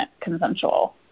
consensual